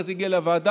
ברגע שזה יגיע לוועדה,